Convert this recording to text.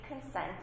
consent